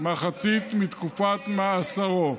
מחצית מתקופת מאסרו.